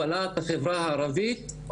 ועדת רונן ידעה שהוא כושל.